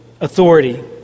authority